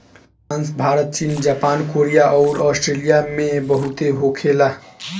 बांस भारत चीन Japan Korea अउर आस्ट्रेलिया में बहुते होखे ला